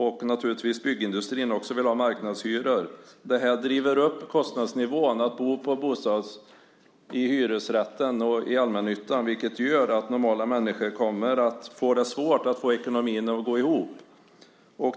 Byggindustrin vill naturligtvis också ha marknadshyror. Det här driver upp kostnadsnivån för att bo i hyresrätt och i allmännyttan, vilket gör att normala människor kommer att få svårt att få ekonomin att gå ihop.